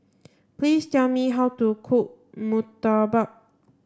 please tell me how to cook Murtabak